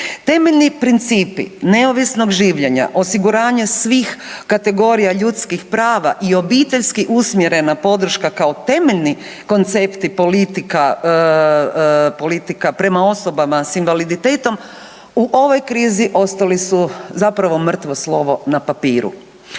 Temeljni principi neovisnog življenja osiguranje svih kategorija ljudskih prava i obiteljski usmjerena podrška kao temeljni koncepti politika prema osobama s invaliditetom u ovoj krizi ostali su zapravo mrtvo slovo na papiru.